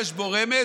יש בו רמז,